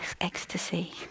ecstasy